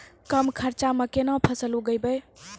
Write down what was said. कम खर्चा म केना फसल उगैबै?